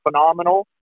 phenomenal